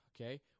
okay